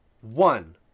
one